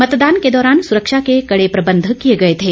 मतदान के दौरान सुरक्षा के कड़े प्रबंध किए गए थे